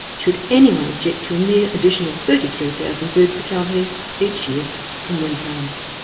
should anyone object to a mere additional thirty three thousand bird fatalities each year from wind farms?